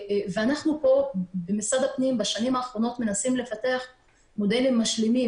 אנחנו במשרד הפנים בשנים האחרונות מנסים לפתח מודלים משלימים,